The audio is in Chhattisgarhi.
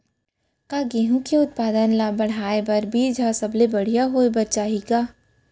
का गेहूँ के उत्पादन का बढ़ाये बर बीज ह सबले बढ़िया होय बर चाही का?